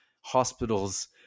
hospitals